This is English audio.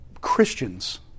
Christians